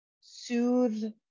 soothe